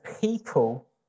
people